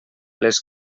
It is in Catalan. les